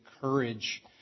courage